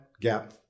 gap